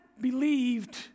believed